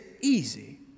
easy